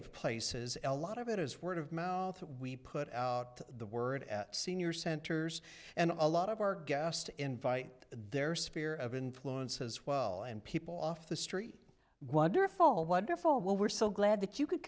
of places a lot of it is word of mouth we put out the word at senior centers and a lot of our guests invite their sphere of influence as well and people off the street wonderful wonderful well we're so glad that you could